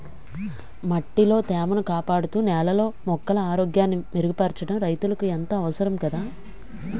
మట్టిలో తేమను కాపాడుతూ, నేలలో మొక్కల ఆరోగ్యాన్ని మెరుగుపరచడం రైతులకు ఎంతో అవసరం కదా